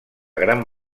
gran